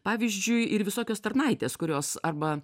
pavyzdžiui ir visokios tarnaitės kurios arba